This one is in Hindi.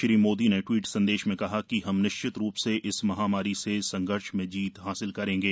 श्री मोदी ने ट्वीट संदेश में कहा कि हम निश्चित रूप से इस महामारी से संघर्ष में जीत हासिल करेंगे